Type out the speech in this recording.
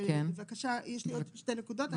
יש לי עוד שתי נקודות,